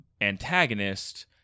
antagonist